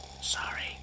Sorry